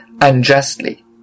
unjustly